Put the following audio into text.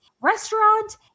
restaurant